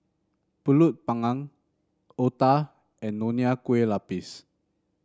pulut Panggang Otah and Nonya Kueh Lapis